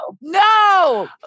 No